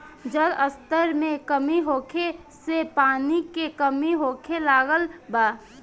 जल स्तर में कमी होखे से पानी के कमी होखे लागल बा